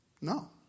No